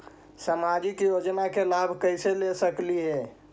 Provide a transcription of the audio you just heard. सामाजिक योजना के लाभ कैसे ले सकली हे?